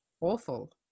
awful